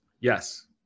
Yes